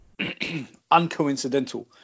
uncoincidental